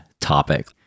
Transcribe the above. topic